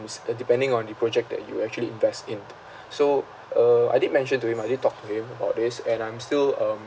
is uh depending on the project that you actually invest in so uh I did mention to him I did talk to him about this and I'm still um